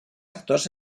actors